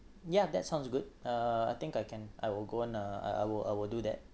yeah that sounds good uh I think I can I will go on uh I I will I will do that